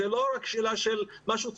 זה לא רק שאלה של משהו צורני.